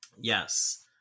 yes